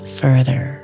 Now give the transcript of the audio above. further